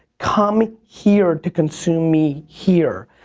come here to consume me here.